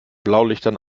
blaulichtern